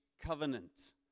covenant